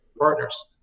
partners